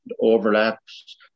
overlaps